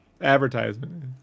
advertisement